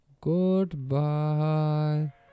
Goodbye